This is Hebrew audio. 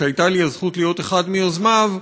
שהייתה לי הזכות להיות אחד מיוזמיו,